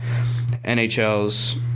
NHL's